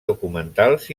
documentals